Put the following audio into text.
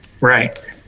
Right